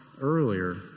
earlier